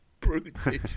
Brutish